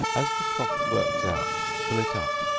as the froth works out fill it up,